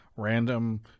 random